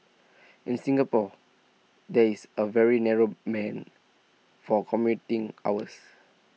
in Singapore there is A very narrow man for commuting hours